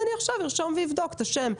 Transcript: אני עכשיו אבדוק וארשום את השם.